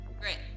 Great